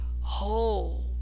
whole